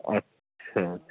اچھا